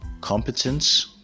competence